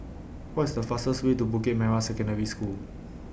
What IS The fastest Way to Bukit Merah Secondary School